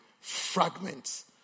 fragments